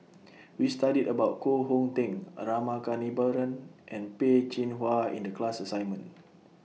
We studied about Koh Hong Teng A Rama Kannabiran and Peh Chin Hua in The class assignment